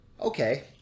Okay